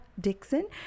Dixon